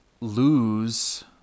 lose